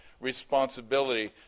responsibility